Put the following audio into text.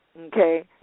okay